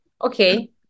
okay